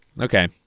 Okay